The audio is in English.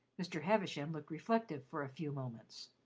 mr. havisham looked reflective for a few moments.